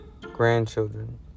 grandchildren